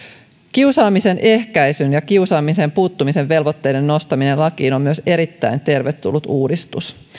kiusaamisen ehkäisyn ja kiusaamiseen puuttumisen velvoitteiden nostaminen lakiin on myös erittäin tervetullut uudistus